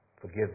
forgive